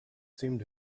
seemed